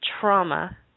trauma